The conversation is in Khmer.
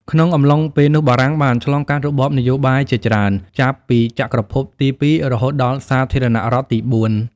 ក្នុងអំឡុងពេលនោះ បារាំងបានឆ្លងកាត់របបនយោបាយជាច្រើន ចាប់ពីចក្រភពទីពីរ រហូតដល់សាធារណរដ្ឋទីបួន។